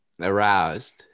aroused